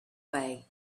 way